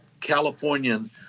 Californian